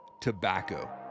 tobacco